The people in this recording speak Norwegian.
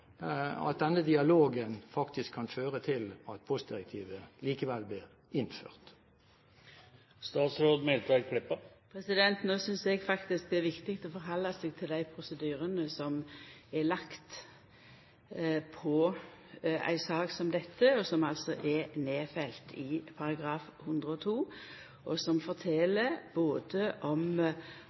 at denne dialogen faktisk kan føre til at postdirektivet likevel blir innført? Eg synest faktisk det er viktig å halda seg til dei prosedyrane som er lagde for ei sak som dette, og som altså er nedfelt i artikkel 102, som fortel både om